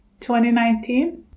2019